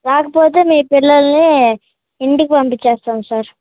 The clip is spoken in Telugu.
రాకపోతే మీ పిల్లల్ని ఇంటికి పంపిచేస్తాం సార్